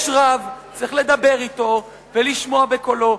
יש רב, צריך לדבר אתו ולשמוע בקולו.